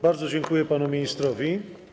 Bardzo dziękuję panu ministrowi.